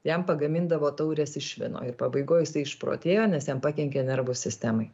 jam pagamindavo taures iš švino ir pabaigoj jisai išprotėjo nes jam pakenkė nervų sistemai